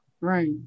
Right